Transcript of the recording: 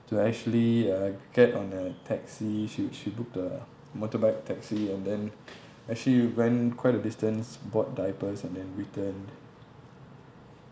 to actually uh get on a taxi she she booked a motorbike taxi and then actually went quite a distance bought diapers and then returned